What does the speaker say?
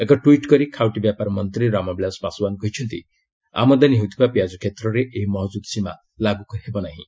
ଏକ ଟ୍ୱିଟ୍ କରି ଖାଉଟି ବ୍ୟପାର ମନ୍ତ୍ରୀ ରାମବିଳାସ ପାଶ୍ୱାନ କହିଛନ୍ତି ଆମଦାନୀ ହେଉଥିବା ପିଆଜ କ୍ଷେତ୍ରରେ ଏହି ମହଜୁଦ୍ ସୀମା ଲାଗୁ ହେବ ନାହିଁ